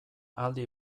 aldi